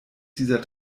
dieser